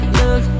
look